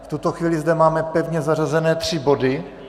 V tuto chvíli zde máme pevně zařazené tři body.